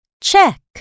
check